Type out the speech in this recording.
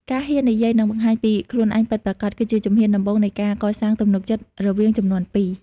ការហ៊ាននិយាយ និងបង្ហាញពីខ្លួនឯងពិតប្រាកដ គឺជាជំហានដំបូងនៃការកសាងទំនុកចិត្តរវាងជំនាន់ពីរ។